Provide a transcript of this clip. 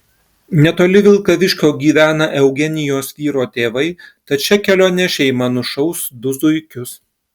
netoli vilkaviškio gyvena eugenijos vyro tėvai tad šia kelione šeima nušaus du zuikius